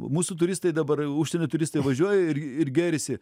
mūsų turistai dabar užsienio turistai važiuoja ir ir gėrisi